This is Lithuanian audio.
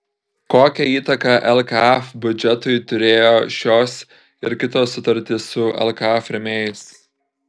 kokią įtaką lkf biudžetui turėjo šios ir kitos sutartys su lkf rėmėjais